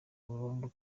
burundu